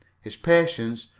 his patience,